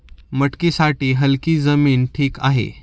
मटकीसाठी हलकी जमीन ठीक आहे